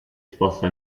sposta